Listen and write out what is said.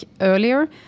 earlier